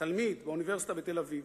תלמיד באוניברסיטה בתל-אביב,